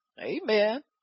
amen